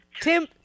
Tim